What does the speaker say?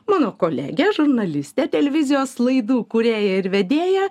mano kolegė žurnalistė televizijos laidų kūrėja ir vedėja